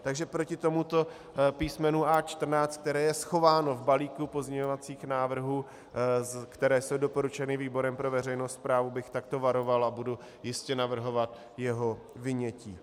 Takže proti tomuto písmenu A14, které je schováno v balíku pozměňovacích návrhů, které jsou doporučeny výborem pro veřejnou správu, bych takto varoval a budu jistě navrhovat jeho vynětí.